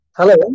hello